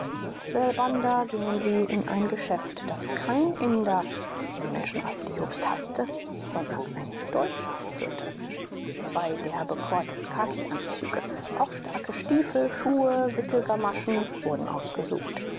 selbander gingen sie in ein geschäft das kein inder eine menschenrasse die jobst haßte sondern ein deutscher führte zwei derbe kord und khakianzüge auch starke stiefel schuhe wickelgamaschen wurden ausgesucht